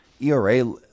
ERA